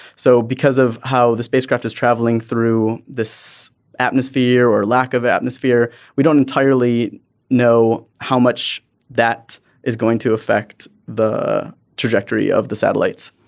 so because of how the spacecraft is travelling through this atmosphere or lack of atmosphere we don't entirely know how much that is going to affect the trajectory of the satellites.